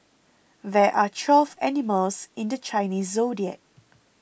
there are twelve animals in the Chinese zodiac